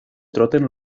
troten